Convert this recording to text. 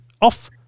off